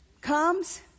comes